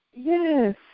Yes